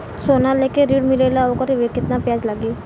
सोना लेके ऋण मिलेला वोकर केतना ब्याज लागी?